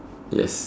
yes